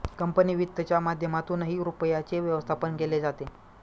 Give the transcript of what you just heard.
company वित्तच्या माध्यमातूनही रुपयाचे व्यवस्थापन केले जाते